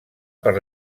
per